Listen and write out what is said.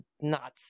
nuts